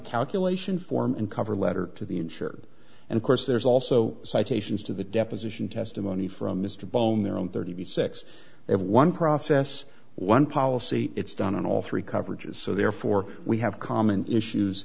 calculation form and cover letter to the insured and of course there's also citations to the deposition testimony from mr bone their own thirty six of one process one policy it's done in all three coverages so therefore we have common issues